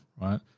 right